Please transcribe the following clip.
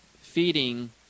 feeding